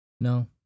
No